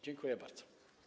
Dziękuję bardzo.